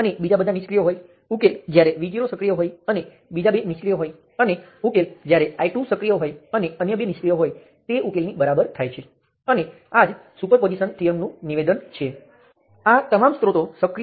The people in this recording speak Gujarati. દાખલા તરીકે અહીં હું આ કેસને બે કેસનાં સુપર પોઝિશન તરીકે વિચારું એક જેમાં I1 અને V3 સક્રિય છે અને બીજું જેમાં માત્ર V2 સક્રિય છે